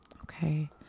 Okay